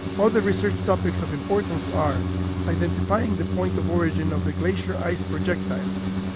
other research topics of importance are identifying the point of origin of the glacier ice projectiles,